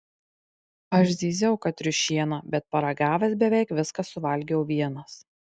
aš zyziau kad triušiena bet paragavęs beveik viską suvalgiau vienas